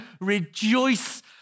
rejoice